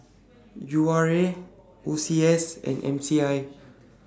U R A O C S and M C I